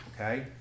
okay